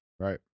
Right